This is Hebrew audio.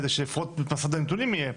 כדי שלפחות מסד הנתונים יהיה,